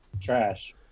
Trash